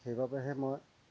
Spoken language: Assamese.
সেইবাবেহে মই